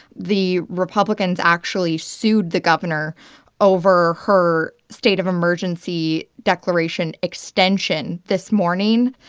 the republicans actually sued the governor over her state of emergency declaration extension this morning.